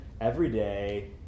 everyday